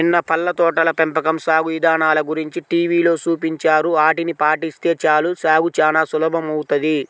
నిన్న పళ్ళ తోటల పెంపకం సాగు ఇదానల గురించి టీవీలో చూపించారు, ఆటిని పాటిస్తే చాలు సాగు చానా సులభమౌతది